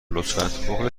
لطفا